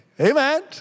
Amen